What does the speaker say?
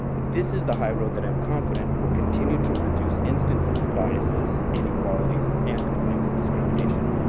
this is the high road that i'm confident will continue to reduce instances of biases, inequalities, and complaints of discrimination.